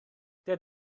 der